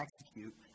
execute